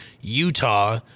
Utah